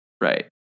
Right